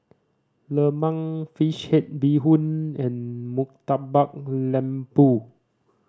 lemang fish head bee hoon and Murtabak Lembu